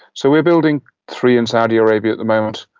so we are building three in saudi arabia at the moment,